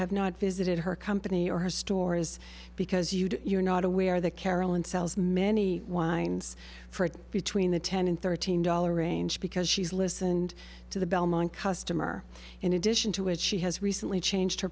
have not visited her company or her store is because you do you're not aware that carolyn sells many wines for between the ten and thirteen dollars range because she's listened to the belmont customer and it into which she has recently changed her